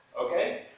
Okay